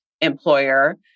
employer